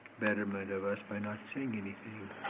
betterment of us by not saying anything.